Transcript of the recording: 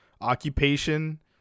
occupation